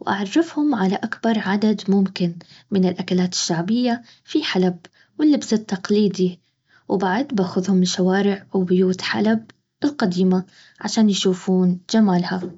واعرفهم على اكبر عدد ممكن من الاكلات الشعبيه في حلب واللبس التقليدي وبعد باخذهم لشوارع وبيوت حلب القديمة عشان يشوفون جمالها